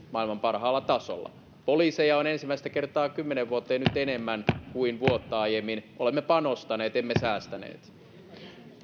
maailman parhaalla tasolla poliiseja on nyt ensimmäistä kertaa kymmeneen vuoteen enemmän kuin vuotta aiemmin olemme panostaneet emme säästäneet